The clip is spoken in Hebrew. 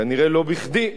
כנראה לא בכדי,